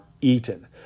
eaten